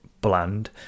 bland